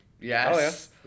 Yes